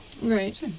right